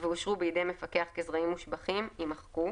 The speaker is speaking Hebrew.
ואושרו בידי מפקח כזרעים מושבחים" יימחקו,